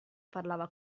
parlava